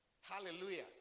Hallelujah